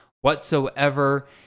whatsoever